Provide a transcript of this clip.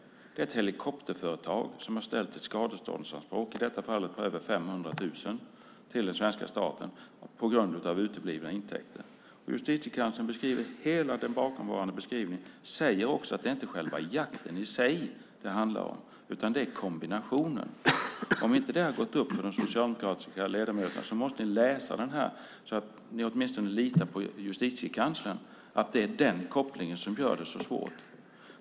Det är ett helikopterföretag som har ställt ett skadeståndsanspråk, i detta fall på över 500 000 kronor, till svenska staten på grund av uteblivna intäkter. Justitiekanslern beskriver hela den bakomvarande historien och säger också att det inte är jakten i sig det handlar om utan om kombinationen. Om inte det har gått upp för de socialdemokratiska ledamöterna måste ni läsa denna skrift så att ni åtminstone litar på Justitiekanslern, att det är den kopplingen som gör det så svårt.